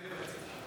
מתחייב אני.